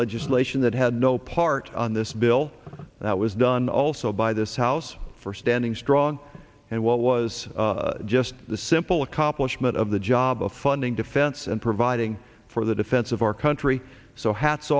legislation that had no part on this bill that was done also by this house for standing strong and what was just the simple accomplishment of the job of funding defense and providing for the defense of our country so hats